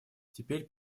теперь